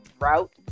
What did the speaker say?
route